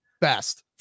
best